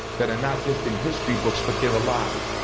that are not just in history books, but they're alive.